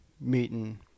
meeting